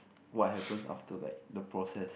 what happens after like the process